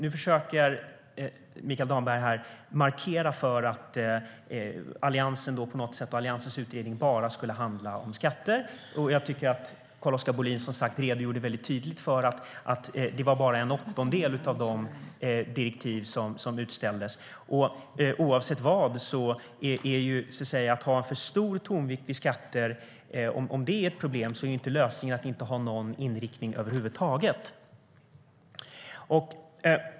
Nu försöker Mikael Damberg markera att Alliansens utredning bara skulle handla om skatter. Jag tycker att Carl-Oskar Bohlin redogjorde tydligt för att det var bara en åttondel av de direktiv som hade utställts. Oavsett vad; om en för stor tonvikt vid skatter är ett problem är inte lösningen att inte ha någon inriktning över huvud taget.